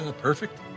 Perfect